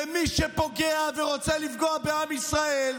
למי שפוגע ורוצה לפגוע בעם ישראל.